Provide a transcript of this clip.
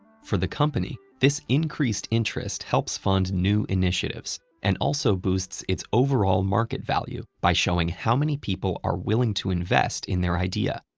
for the company, this increased interest helps fund new initiatives, and also boosts its overall market value by showing how many people are willing to invest in their idea.